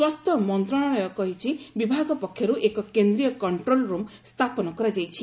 ସ୍ୱାସ୍ଥ୍ୟ ମନ୍ତ୍ରଣାଳୟ କହିଛି ବିଭାଗ ପକ୍ଷରୁ ଏକ କେନ୍ଦ୍ରୀୟ କଣ୍ଟ୍ରୋଲ୍ ରୁମ୍ ସ୍ଥାପନ କରାଯାଇଛି